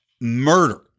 murder